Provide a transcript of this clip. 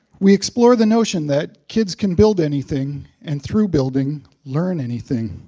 we explore the notion that kids can build anything and through building learn anything.